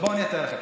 הגג נפתח.